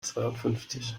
zweiundfünfzig